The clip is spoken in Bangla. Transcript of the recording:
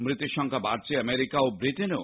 মৃতের সংখ্যা বাড়ছে আমেরিকা ও ব্রিটেনেও